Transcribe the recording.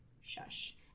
shush